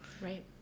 Right